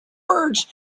birds